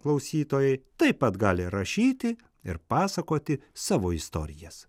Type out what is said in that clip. klausytojai taip pat gali rašyti ir pasakoti savo istorijas